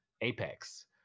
Apex